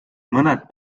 mõned